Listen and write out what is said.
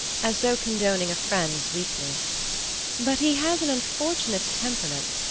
as though condoning a friend's weakness but he has an unfortunate temperament.